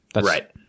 Right